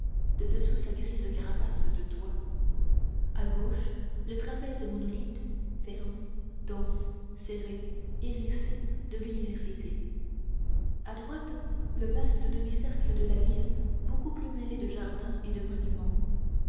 de dessous sa grise carapace de toits à gauche le trapèze monolithe ferme dense serré hérissé de l'université à droite le vaste demi-cercle de la ville beaucoup plus mêlé de jardins et de monuments